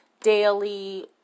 daily